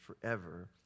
forever